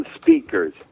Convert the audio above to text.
speakers